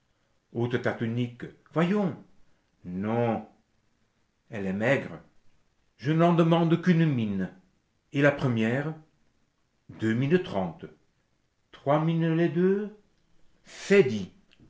ta tunique voyons non elle est maigre je n'en demande qu'une mine et la première deux mines trente trois mines les deux c'est dit